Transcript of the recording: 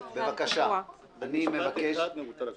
במשפט אחד מבוטל הכול.